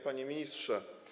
Panie Ministrze!